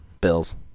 Bills